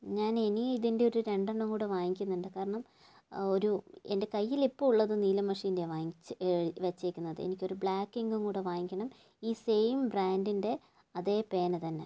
ഞാന് ഇനി ഇതിന്റെ ഒരു രണ്ടെണ്ണം കൂടി വാങ്ങിക്കുന്നുണ്ട് കാരണം ഒരു എൻ്റെ കയ്യില് ഇപ്പോൾ ഉള്ളത് നീല മഷീന്റെയാണ് വാങ്ങിച്ച് വച്ചേക്കുന്നത് എനിക്ക് ഒരു ബ്ലാക്ക് ഇങ്കും കൂടെ വാങ്ങിക്കണം ഈ സെയിം ബ്രാന്ഡിൻ്റെ അതെ പേന തന്നെ